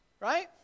right